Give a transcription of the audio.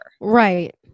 right